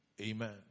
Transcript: Amen